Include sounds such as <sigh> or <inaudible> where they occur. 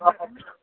<unintelligible>